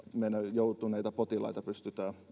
joutuneita potilaita pystytään